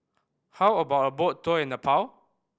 how about a boat tour in Nepal